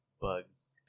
bugs